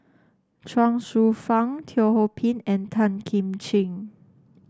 Chuang Hsueh Fang Teo Ho Pin and Tan Kim Ching